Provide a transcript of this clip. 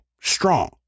strong